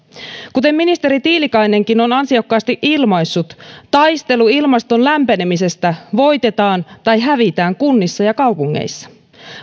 kuten ministeri tiilikainenkin on ansiokkaasti ilmaissut taistelu ilmaston lämpenemisestä voitetaan tai hävitään kunnissa ja kaupungeissa